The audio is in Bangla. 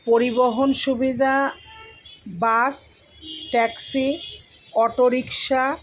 পরিবহণ সুবিধা বাস ট্যাক্সি অটোরিক্সা